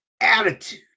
attitude